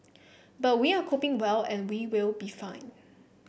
but we are coping well and we will be fine